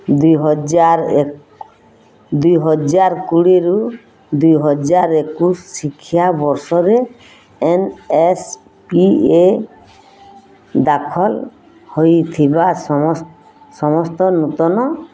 ଦୁଇହଜାର ଏକ ଦୁଇହଜାର କୋଡ଼ିଏରୁ ଦୁଇହଜାର ଏକୋଇଶୀ ଶିକ୍ଷାବର୍ଷରେ ଏନ୍ ଏସ୍ ପି ଏ ଦାଖଲ ହେଇଥିବା ସମସ ସମସ୍ତ ନୂତନ